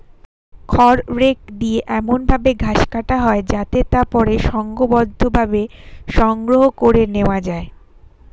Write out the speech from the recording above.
খড় রেক দিয়ে এমন ভাবে ঘাস কাটা হয় যাতে তা পরে সংঘবদ্ধভাবে সংগ্রহ করে নেওয়া যায়